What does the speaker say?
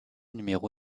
numéro